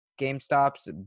GameStop's